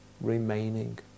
remaining